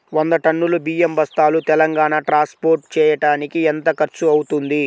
వంద టన్నులు బియ్యం బస్తాలు తెలంగాణ ట్రాస్పోర్ట్ చేయటానికి కి ఎంత ఖర్చు అవుతుంది?